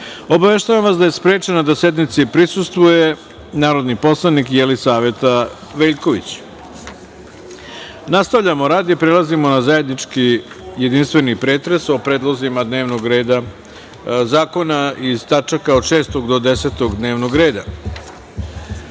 rad. Obaveštavam vas da je sprečena da sednici prisustvuje narodni poslanik Jelisaveta Veljković. Nastavljamo rad i prelazimo na zajednički jedinstveni pretres o predlozima zakona iz tačka od 6. do 10. dnevnog